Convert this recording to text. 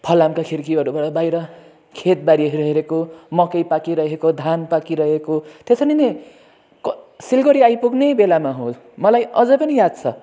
फलामका खिड्कीहरूबाट बाहिर खेत बारीहरू हेरेको मकै पाकिरहेको धान पाकिरहेको त्यसरी नै क सिलगढी आइपुग्ने बेलामा हो मलाई अझै पनि याद छ